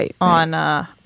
on